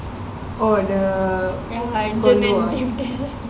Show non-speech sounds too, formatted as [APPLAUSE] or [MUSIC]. oh the [NOISE]